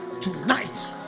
tonight